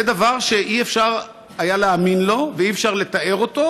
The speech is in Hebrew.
זה דבר שלא היה אפשר להאמין לו ואי-אפשר לתאר אותו,